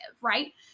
Right